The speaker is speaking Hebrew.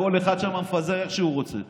כל אחד שם מפזר איך שהוא רוצה,